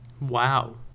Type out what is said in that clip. Wow